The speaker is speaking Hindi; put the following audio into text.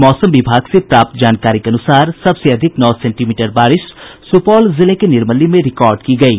मौसम विभाग से प्राप्त जानकारी के अनुसार सबसे अधिक नौ सेंटीमीटर बारिश सुपौल जिले के निर्मली में रिकॉर्ड की गयी